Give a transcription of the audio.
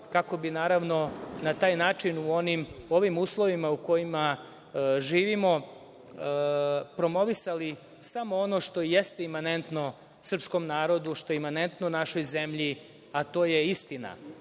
kako bi na taj način, u ovim uslovima u kojima živimo, promovisali samo ono što jeste imanentno srpskom narodu, što je imanentno našoj zemlji, a to je istina. To